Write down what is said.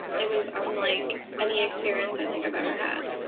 it was unlike any experience i think i've ever had.